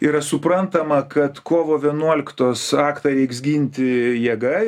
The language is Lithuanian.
yra suprantama kad kovo vienuoliktos aktą reiks ginti jėga